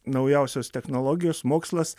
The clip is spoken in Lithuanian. naujausios technologijos mokslas